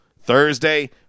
Thursday